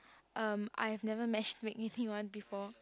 um I've never match make anyone before